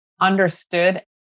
understood